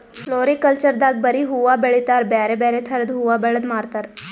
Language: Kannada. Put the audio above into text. ಫ್ಲೋರಿಕಲ್ಚರ್ ದಾಗ್ ಬರಿ ಹೂವಾ ಬೆಳಿತಾರ್ ಬ್ಯಾರೆ ಬ್ಯಾರೆ ಥರದ್ ಹೂವಾ ಬೆಳದ್ ಮಾರ್ತಾರ್